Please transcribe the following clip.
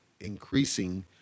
increasing